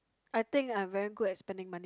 I think I'm very good at spending money